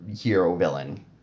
hero-villain